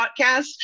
podcast